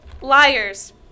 liars